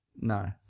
No